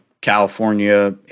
california